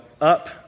up